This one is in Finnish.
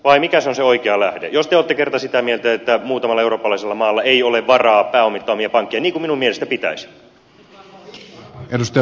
vai mikä se on se oikea lähde jos te olette kerta sitä mieltä että muutamalla eurooppalaisella maalla ei ole varaa pääomittaa omia pankkejaan niin kuin minun mielestäni pitäisi